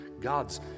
God's